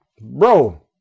Bro